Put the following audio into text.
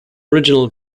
original